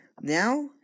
Now